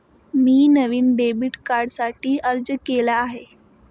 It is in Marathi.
मी नवीन डेबिट कार्डसाठी अर्ज केला आहे